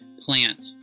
plant